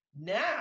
now